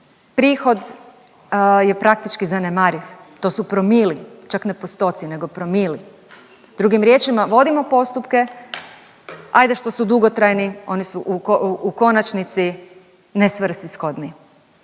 prihod je praktički zanemariv, to su promili, čak ne postotci nego promili. Drugim riječima vodimo postupke, hajde što su dugotrajni oni su u konačnici nesvrsishodni.